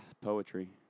Poetry